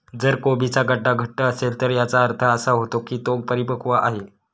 जर कोबीचा गड्डा घट्ट असेल तर याचा अर्थ असा होतो की तो परिपक्व आहे